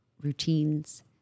routines